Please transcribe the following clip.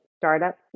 startups